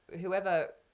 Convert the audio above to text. whoever